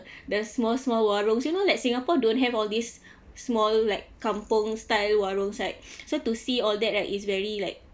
the small small warung you know like singapore don't have all these small like kampung style warung right so to see all that right it's very like